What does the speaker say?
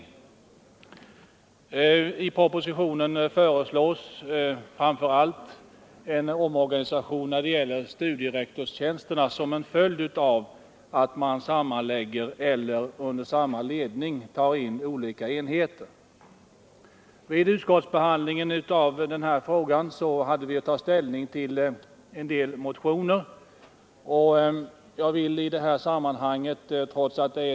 I propositionen föreslås bl.a. en omorganisation när det gäller ledningsfunktioner. Vissa studierektorstjänster inrättas som en följd av att man sammanlägger eller under samma ledning tar in olika enheter. Vid utskottsbehandlingen av denna fråga hade vi att ta ställning till en del motioner, som behandlade beräkningsgrunderna för inrättande av dessa tjänster.